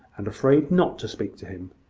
and afraid not to speak to him.